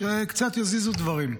שקצת יזיזו דברים.